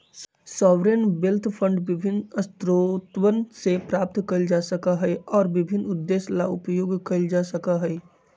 sovereign wealth fund विभिन्न स्रोतवन से प्राप्त कइल जा सका हई और विभिन्न उद्देश्य ला उपयोग कइल जा सका हई